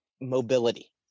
mobility